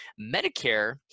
Medicare